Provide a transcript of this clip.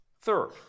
Third